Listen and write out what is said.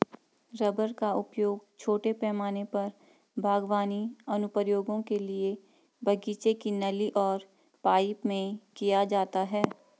rubber का उपयोग छोटे पैमाने पर बागवानी अनुप्रयोगों के लिए बगीचे की नली और पाइप में किया जाता है